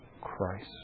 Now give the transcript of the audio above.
Christ